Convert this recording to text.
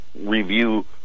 review